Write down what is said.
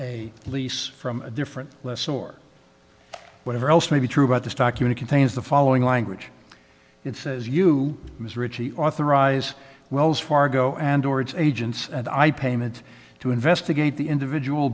a lease from a different less or whatever else may be true about the stock unit contains the following language it says you miss richey authorize wells fargo and or its agents and i payment to investigate the individual